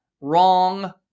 Wrong